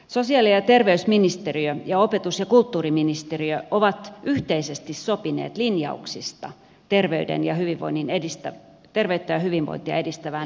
sosiaali ja terveysministeriö ja opetus ja kulttuuriministeriö ovat yhteisesti sopineet linjauksista terveyttä ja hyvinvointia edistävään liikuntaan